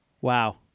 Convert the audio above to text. Wow